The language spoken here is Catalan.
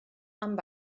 amb